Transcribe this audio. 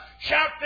shout